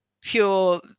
pure